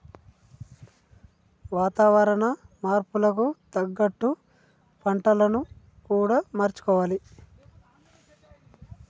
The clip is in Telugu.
వాతావరణ మార్పులకు తగ్గట్టు పంటలను కూడా మార్చుకోవాలి